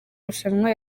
rushanwa